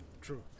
True